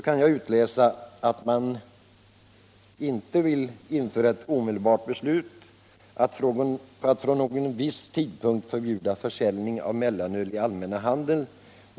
— kan jag inte utläsa att man vill ha ett omedelbart beslut om att från någon viss tidpunkt förbjuda försäljning av mellanöl i allmän handel.